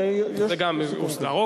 זה גם הוסדר.